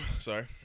Sorry